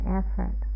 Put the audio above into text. effort